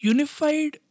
Unified